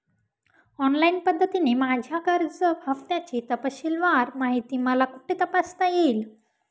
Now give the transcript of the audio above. Online पद्धतीने माझ्या कर्ज हफ्त्याची तपशीलवार माहिती मला कुठे तपासता येईल?